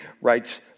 writes